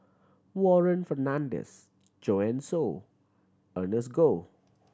Warren Fernandez Joanne Soo Ernest Goh